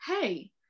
hey